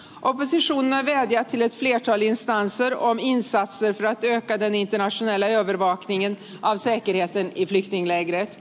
oppositionen har vädjat till ett flertal instanser om insatser för att öka den internationella övervakningen av säkerheten i flyktinglägret